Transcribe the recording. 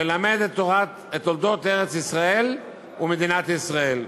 ללמד את תולדות ארץ-ישראל ומדינת ישראל.